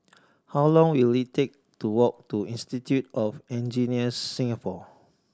how long will it take to walk to Institute of Engineers Singapore